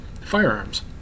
firearms